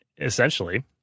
essentially